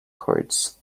cards